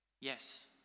Yes